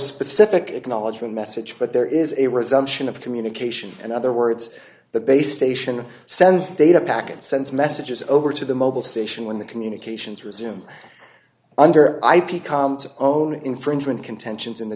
specific acknowledgement message but there is a resumption of communication and other words the base station sends data packets sends messages over to the mobile station when the communications resume under ip comms own infringement contentions in the